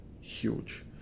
huge